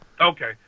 okay